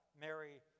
Mary